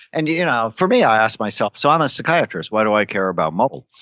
and you know for me, i ask myself, so i'm a psychiatrist. why do i care about mold?